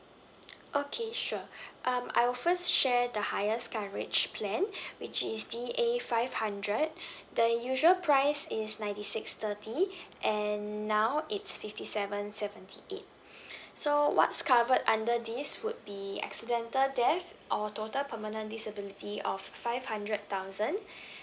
okay sure um I will first share the highest coverage plan which is D_A five hundred the usual price is ninety six thirty and now it's fifty seven seventy eight so what's covered under this would be accidental death or total permanent disability of five hundred thousand